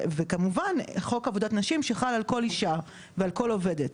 וכמובן חוק עבודת נשים שחל על כל אישה ועל כל עובדת,